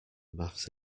maths